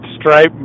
stripe